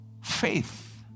faith